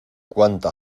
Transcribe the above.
cuánta